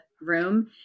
room